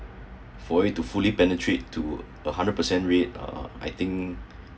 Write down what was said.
for it to fully penetrate to a hundred percent rate uh I think